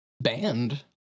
band